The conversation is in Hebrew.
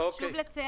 רק חשוב לציין,